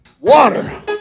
water